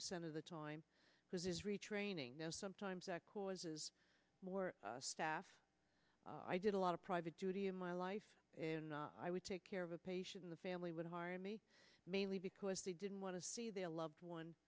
percent of the time because it is retraining sometimes that causes more staff i did a lot of private duty in my life and i would take care of a patient in the family would harm me mainly because they didn't want to see their loved ones